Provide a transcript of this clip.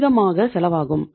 அதிகமாக செலவாகும்